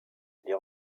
les